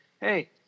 hey